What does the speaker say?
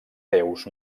déus